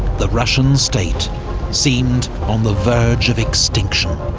the russian state seemed on the verge of extinction.